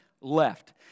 left